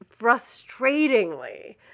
frustratingly